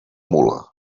mula